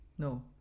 No